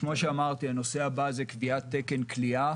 כמו שאמרתי, הנושא הבא הוא קביעת תן כליאה.